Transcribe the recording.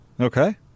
Okay